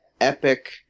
epic